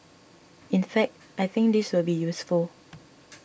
in fact I think this will be useful